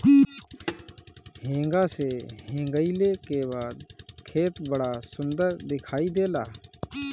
हेंगा से हेंगईले के बाद खेत बड़ा सुंदर दिखाई देला